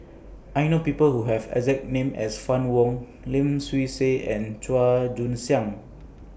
I know People Who Have exact name as Fann Wong Lim Swee Say and Chua Joon Siang